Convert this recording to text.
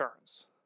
turns